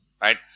Right